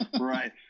Right